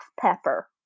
pepper